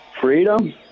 Freedom